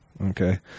okay